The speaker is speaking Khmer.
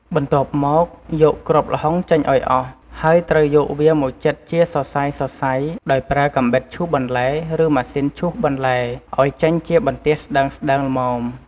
បន្ទាប់មក យកគ្រាប់ល្ហុងចេញឱ្យអស់ ហើយត្រូវយកវាមកចិតជាសរសៃៗ ដោយប្រើកាំបិតឈូសបន្លែ ឬម៉ាស៊ីនឈូសបន្លែ ឱ្យចេញជាបន្ទះស្ដើងៗល្មម។